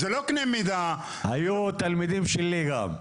היו תלמידים שלי גם.